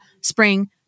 spring